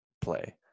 play